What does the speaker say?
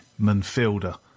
midfielder